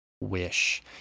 wish